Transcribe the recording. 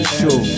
show